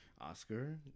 Oscar